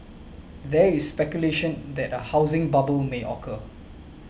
there is speculation that a housing bubble may occur